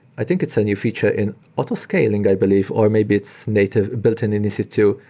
i think it's a new feature in auto-scaling, i believe, or maybe it's native built-in in e c two,